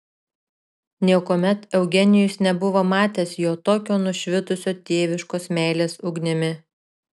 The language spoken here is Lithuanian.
niekuomet eugenijus nebuvo matęs jo tokio nušvitusio tėviškos meilės ugnimi